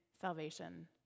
salvation